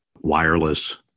wireless